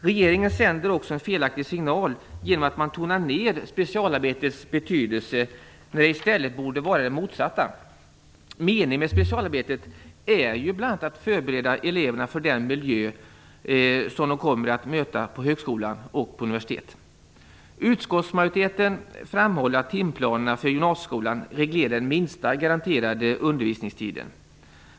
Regeringen sänder också en felaktig signal genom att man tonar ner specialarbetets betydelse, när det i stället borde vara det motsatta. Meningen med specialarbetet är ju bl.a. att förbereda eleverna för den miljö som de kommer att möta på högskola och universitet. Utskottsmajoriteten framhåller att timplanerna för gymnasieskolan reglerar den minsta garanterade undervisningstiden.